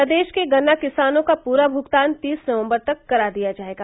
प्रदेश के गन्ना किसानों का पूरा भुगतान तीस नवम्बर तक करा दिया जायेगा